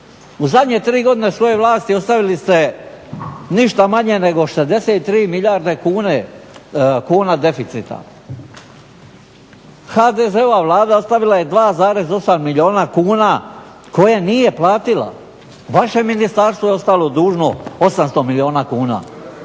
U zadnje tri godine svoje vlasti ostavili ste ništa manje nego 63 milijarde kuna deficita. HDZ-ova Vlada ostavila je 2,8 milijuna kuna koje nije platila. Vaše ministarstvo je ostalo dužno 800 milijuna kuna.